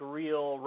real